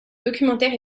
documentaire